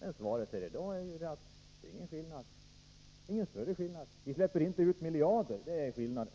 Men beskedet här i dag är att det inte är någon större skillnad. Ni släpper inte ut miljarder — det är skillnaden.